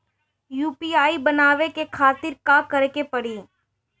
UPI बनावे के खातिर का करे के पड़ी?